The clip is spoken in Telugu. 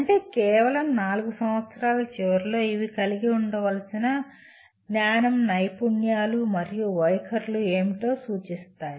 అంటే కేవలం 4 సంవత్సరాల చివరలో ఇవి కలిగి ఉండవలసిన జ్ఞానం నైపుణ్యాలు మరియు వైఖరులు ఏమిటో సూచిస్తాయి